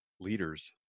leaders